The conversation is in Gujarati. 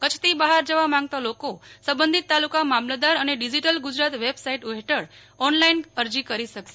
કચ્છથી બહાર જવા માંગતા લોકો સંબંધિત તાલુકા મામલતદાર અને ડિજિટલ ગુજરાત વેબસાઇટ હેઠળ ઓનલાઈન અરજી કરી શકશે